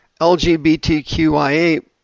LGBTQIA